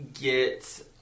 get